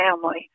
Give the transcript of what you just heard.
family